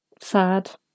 Sad